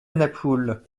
napoule